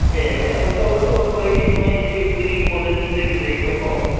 ꯑꯦ ꯑꯦ ꯑꯪꯀꯜ ꯑꯗꯨ ꯑꯗꯨ ꯑꯣꯏꯔꯗꯤ ꯅꯣꯏꯁꯤ ꯀꯔꯤ ꯀꯣꯂꯣꯅꯤꯗꯒꯤ ꯂꯩꯕꯀꯣ